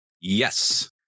yes